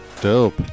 Dope